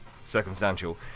circumstantial